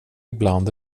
ibland